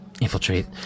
infiltrate